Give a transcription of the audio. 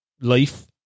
life